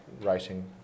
writing